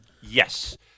Yes